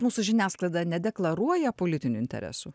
mūsų žiniasklaida nedeklaruoja politinių interesų